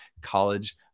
College